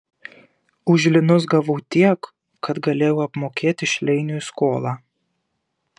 už linus gavau tiek kad galėjau apmokėti šleiniui skolą